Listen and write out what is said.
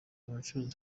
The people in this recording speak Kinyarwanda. abacuruza